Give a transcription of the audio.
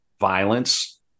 violence